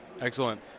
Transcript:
Excellent